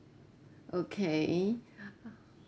okay uh